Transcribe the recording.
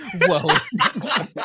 Whoa